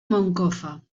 moncofa